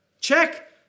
check